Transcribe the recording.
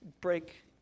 break